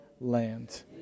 land